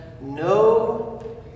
no